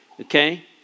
okay